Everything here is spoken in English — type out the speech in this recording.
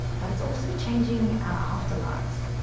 but it's also changing our afterlives.